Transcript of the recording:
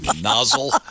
Nozzle